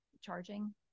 charging